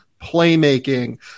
playmaking